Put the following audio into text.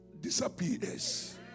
disappears